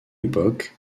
époque